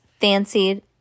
fancied